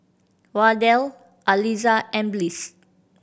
Wardell Aliza and Bliss